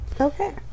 Okay